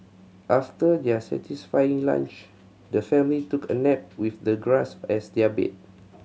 after their satisfying lunch the family took a nap with the grass as their bed